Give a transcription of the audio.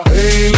Hey